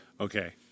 Okay